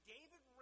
David